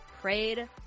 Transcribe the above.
prayed